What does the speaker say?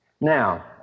Now